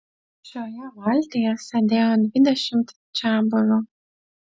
šioje valtyje sėdėjo dvidešimt čiabuvių